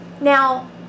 Now